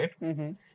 right